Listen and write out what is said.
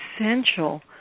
essential